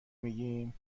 میگیم